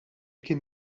kien